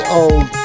old